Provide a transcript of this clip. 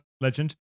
legend